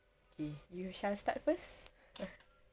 okay you shall start first